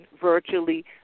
virtually